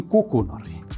Kukunori